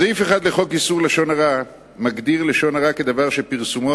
סעיף 1 לחוק איסור לשון הרע מגדיר לשון הרע כדבר שפרסומו